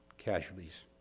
Casualties